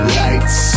lights